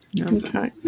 Okay